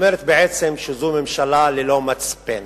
אומרת בעצם שזו ממשלה ללא מצפן.